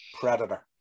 Predator